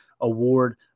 Award